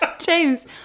James